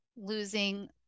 losing